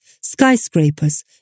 skyscrapers